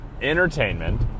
entertainment